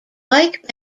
like